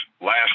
last